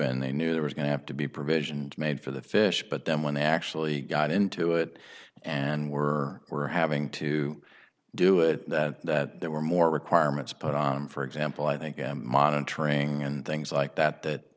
and they knew there was going to have to be provision made for the fish but then when they actually got into it and were were having to do it that there were more requirements put on for example i think monitoring and things like that that